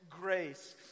grace